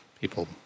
people